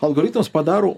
algoritmas padaro